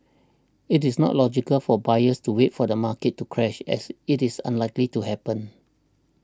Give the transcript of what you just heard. it is not logical for buyers to wait for the market to crash as it is unlikely to happen